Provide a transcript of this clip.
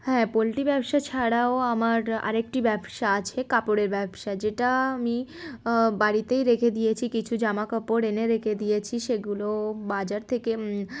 হ্যাঁ পোলট্রি ব্যবসা ছাড়াও আমার আরেকটি ব্যবসা আছে কাপড়ের ব্যবসা যেটা আমি বাড়িতেই রেখে দিয়েছি কিছু জামাাকাপড় এনে রেখে দিয়েছি সেগুলো বাজার থেকে